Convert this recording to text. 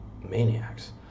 maniacs